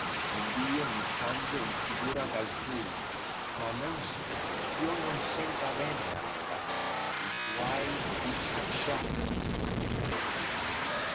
ond io mi cangio in figura d altrui sia non si ch'io non senta bene allora gli guai de discacciati tormentosl